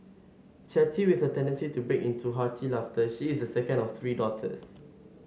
chatty with a tendency to break into hearty laughter she is the second of three daughters